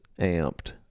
amped